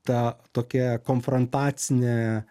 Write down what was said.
ta tokia konfrontacinė